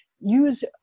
use